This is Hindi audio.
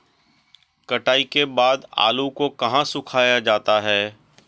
कटाई के बाद आलू को कहाँ सुखाया जाता है?